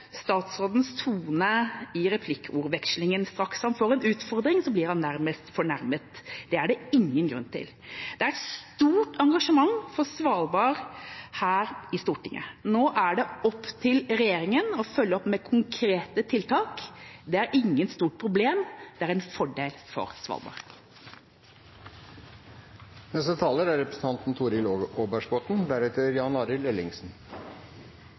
statsrådens tone i replikkordvekslingen. Straks han fikk en utfordring, ble han nærmest fornærmet. Det er det ingen grunn til. Det er et stort engasjement for Svalbard her i Stortinget. Nå er det opp til regjeringa å følge opp med konkrete tiltak. Det er ikke et stort problem – det er en fordel for Svalbard. Svalbard og samfunnet på øygruppen er